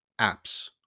apps